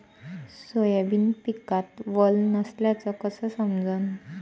Soybean पिकात वल नसल्याचं कस समजन?